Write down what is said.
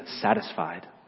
satisfied